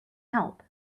help